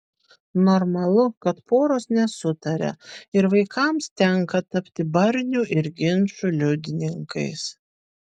normalu kad poros nesutaria ir vaikams tenka tapti barnių ir ginčų liudininkais